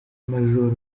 major